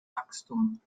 wachstum